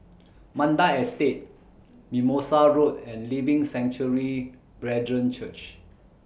Mandai Estate Mimosa Road and Living Sanctuary Brethren Church